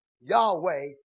Yahweh